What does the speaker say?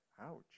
Ouch